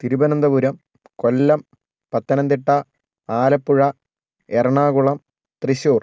Thiruvananthapuram Kollam Pathanamthitta Alappuzha Ernakulam Thrissur